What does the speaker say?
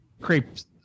creeps